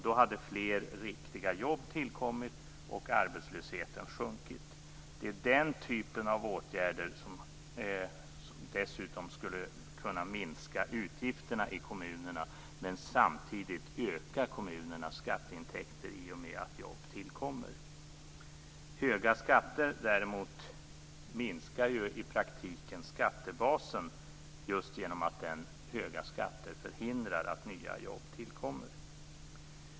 Då hade fler riktiga jobb tillkommit, och arbetslösheten sjunkit. Det är den typen av åtgärder som dessutom skulle kunna minska utgifterna i kommunerna och samtidigt öka kommunernas skatteintäkter i och med att jobb tillkommer. Höga skatter minskar däremot i praktiken skattebasen genom att höga skatter förhindrar att nya jobb tillkommer.